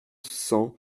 cent